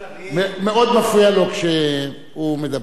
מאוד מפריע לו כשהוא מדבר.